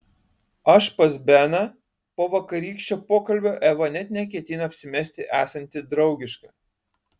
aš pas beną po vakarykščio pokalbio eva net neketina apsimesti esanti draugiška